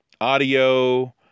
audio